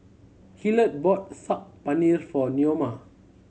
Hillard bought Saag Paneer for Neoma